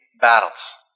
battles